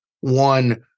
one